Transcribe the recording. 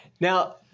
Now